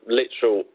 literal